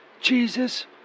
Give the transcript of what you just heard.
Jesus